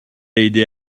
aidé